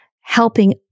helping